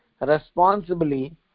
responsibly